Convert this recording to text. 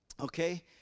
okay